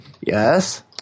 Yes